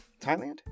Thailand